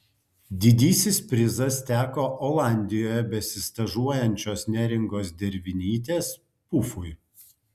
didysis prizas teko olandijoje besistažuojančios neringos dervinytės pufui